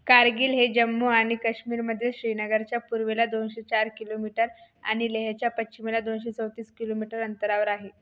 कारगिल हे जम्मू आणि काश्मीरमधे श्रीनगरच्या पूर्वेला दोनशेचार किलोमीटर आणि लेहेरच्या पश्चिमेला दोनशचौतीस किलोमीटर अंतरावर आहे